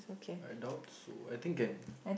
I doubt so I think can